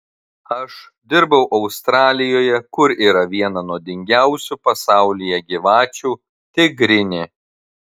aš dirbau australijoje kur yra viena nuodingiausių pasaulyje gyvačių tigrinė